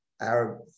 Arab